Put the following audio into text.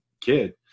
kid